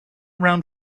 round